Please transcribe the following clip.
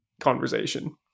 conversation